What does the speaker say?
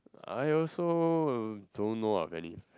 I also don't know of any